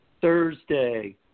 Thursday